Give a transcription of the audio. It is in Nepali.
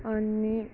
अनि